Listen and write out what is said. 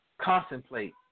contemplate